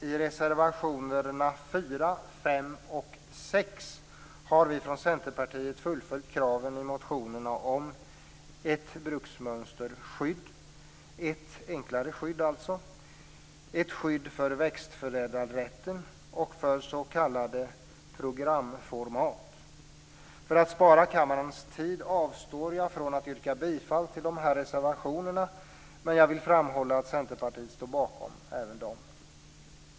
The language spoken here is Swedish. I reservationerna 4, 5 och 6 har vi från Centerpartiet fullföljt kraven i motionerna om ett bruksmönsterskydd, dvs. ett enklare skydd, och ett skydd för växtförädlarrätten och för s.k. programformat. För att spara kammarens tid avstår jag från att yrka bifall till dessa reservationer, men jag vill framhålla att Centerpartiet står bakom även dem.